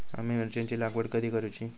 आम्ही मिरचेंची लागवड कधी करूची?